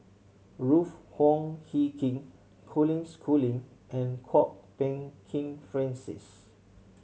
Ruth Wong Hie King Colin Schooling and Kwok Peng Kin Francis